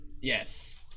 Yes